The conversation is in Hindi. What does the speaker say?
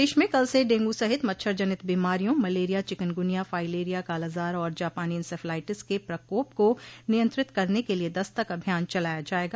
प्रदेश में कल से डेंगू सहित मच्छर जनित बीमारियों मलेरिया चिकनगूनिया फाइलेरिया कालाअजार और जापानी इंसेफ्लाइटिस के प्रकोप को नियंत्रित करने के लिये दस्तक अभियान चलाया जायेगा